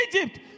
Egypt